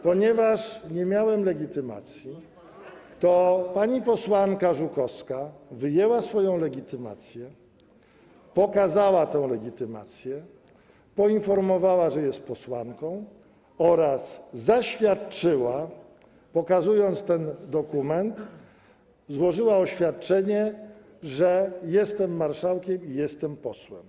Ponieważ nie miałem legitymacji, to pani posłanka Żukowska wyjęła swoją legitymację, pokazała tę legitymację, poinformowała, że jest posłanką, oraz zaświadczyła, pokazując ten dokument, złożyła oświadczenie, że jestem marszałkiem i jestem posłem.